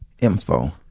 info